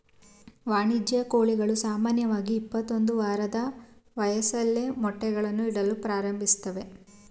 ವಾಣಿಜ್ಯ ಕೋಳಿಗಳು ಸಾಮಾನ್ಯವಾಗಿ ಇಪ್ಪತ್ತೊಂದು ವಾರದ ವಯಸ್ಸಲ್ಲಿ ಮೊಟ್ಟೆಗಳನ್ನು ಇಡಲು ಪ್ರಾರಂಭಿಸ್ತವೆ